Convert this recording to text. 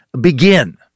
begin